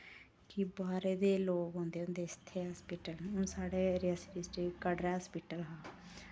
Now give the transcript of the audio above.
कि बाह्रे दे लोक औंदे होंदे इत्थै हास्पिटल हुन साढ़ै रियासी डिस्ट्रिक कटरै हास्पिटल हा